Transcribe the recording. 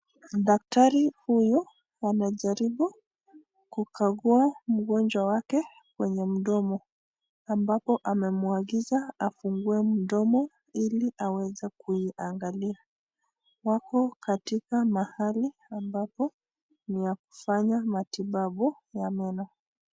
Daktari huyu wanajaribu kukagua mgonjwa wake kwenye mdomo ambapo amemuagiza afungue mdomo ili aweze kuiangalia wako katika mahali ambapo niyakufanya matibabu ya meno.